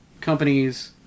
companies